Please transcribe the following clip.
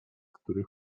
który